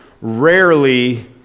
rarely